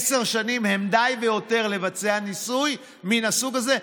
עשר שנים הן די והותר לבצע ניסוי מן הסוג הזה,